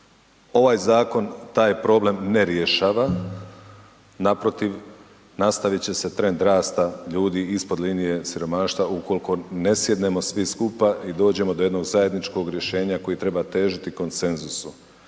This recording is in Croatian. Ovaj zakon taj problem ne rješava, naprotiv, nastavit će se trend rasta ljudi ispod linije siromaštva ukoliko ne sjednemo svi skupa i dođemo do jednog zajedničkog rješenja kojem treba težiti konsenzusom.